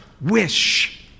wish